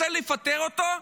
רוצה לפטר אותו,